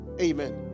Amen